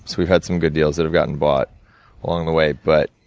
so, we had some good deals, that have gotten bought along the way. but,